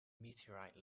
meteorite